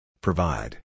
Provide